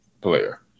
player